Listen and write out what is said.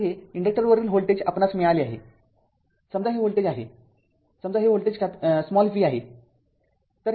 तर हे इन्डक्टरवरील व्होल्टेज आपणास मिळाले आहे समजा हे व्होल्टेज आहे समजा हे व्होल्टेज v आहे